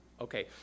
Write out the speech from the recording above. Okay